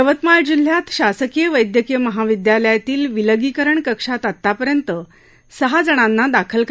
यवतमाळ जिल्ह्यात शासकीय वैद्यकीय महाविद्यायातील विलगीकरण कक्षात आतापर्यंत सहा जणांना दाखल केलं आहे